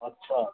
अच्छा